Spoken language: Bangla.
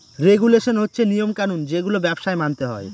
রেগুলেশন হচ্ছে নিয়ম কানুন যেগুলো ব্যবসায় মানতে হয়